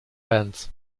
bands